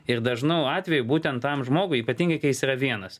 ir dažnu atveju būtent tam žmogui ypatingai kai jis yra vienas